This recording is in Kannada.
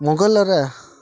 ಮೊಘಲರ